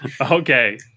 Okay